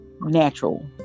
natural